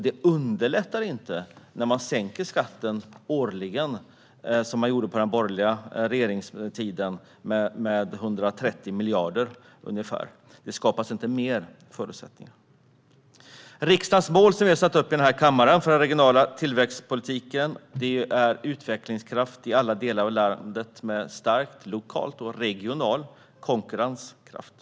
Det underlättar inte att sänka skatten årligen, vilket gjordes under den borgerliga regeringstiden, med ungefär 130 miljarder. Det skapar inte mer förutsättningar. Riksdagens mål, som den här kammaren har satt upp, för den regionala tillväxtpolitiken är utvecklingskraft i alla delar av landet med stärkt lokal och regional konkurrenskraft.